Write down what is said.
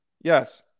Yes